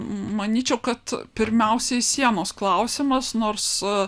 manyčiau kad pirmiausiai sienos klausimas nors